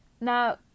Now